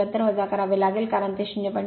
074 वजा करावे लागेल कारण ते 0